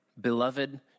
beloved